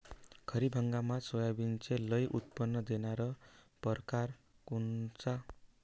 खरीप हंगामात सोयाबीनचे लई उत्पन्न देणारा परकार कोनचा?